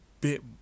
bit